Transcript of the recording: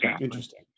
Interesting